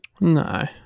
No